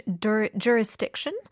jurisdiction